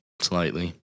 Slightly